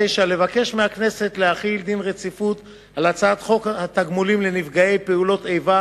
לבקש מהכנסת להחיל דין רציפות על הצעת חוק התגמולים לנפגעי פעולות איבה